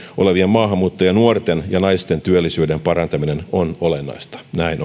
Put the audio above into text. olevien maahanmuuttajanuorten ja naisten työllisyyden parantaminen on olennaista näin on